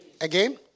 Again